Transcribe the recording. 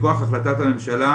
מכוח החלטת הממשלה,